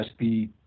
USB